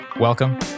Welcome